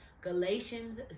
Galatians